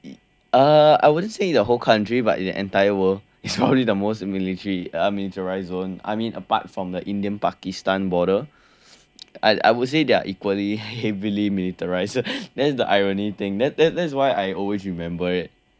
it uh I wouldn't say the whole country but in the entire world is probably the most military uh militarised zone I mean apart from the Indian Pakistan border I I would say they're equally heavily militarised that's the ironic thing that that that's why I always remember it